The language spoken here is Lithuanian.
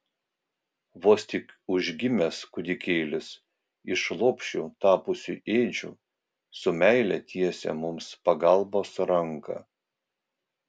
vos tik užgimęs kūdikėlis iš lopšiu tapusių ėdžių su meile tiesia mums pagalbos ranką